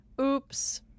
Oops